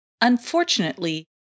Unfortunately